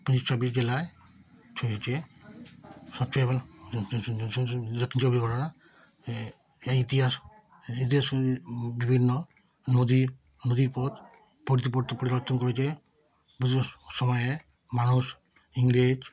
পঁচিশ ছাব্বিশ জেলায় সবচয়ে দক্ষিণ চব্বিশ পরগনা এ এই ইতিহাস ইতিহাস বিভিন্ন নদী নদীপথ পরতে পরতে পরিবর্তন করেছে বিভিন্ন সময়ে মানুষ ইংরেজ